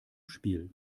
spiel